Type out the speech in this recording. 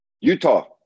Utah